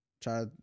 Try